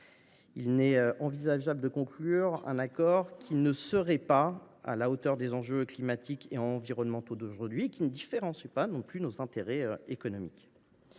Il n’est pas envisageable de conclure un accord qui ne serait pas à la hauteur des enjeux climatiques et environnementaux d’aujourd’hui et qui ne protégerait pas nos intérêts économiques.